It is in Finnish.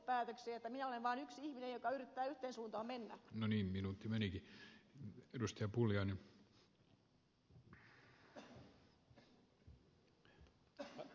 minä olen vain yksi ihminen joka yrittää yhteen suuntaan mennä